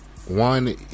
One